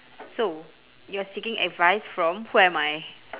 so you are seeking advice from who am I